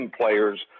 players